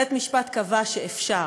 בית-משפט קבע שאפשר,